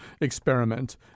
experiment